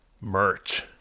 merch